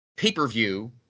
Pay-per-view